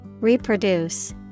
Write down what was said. Reproduce